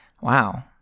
Wow